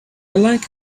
like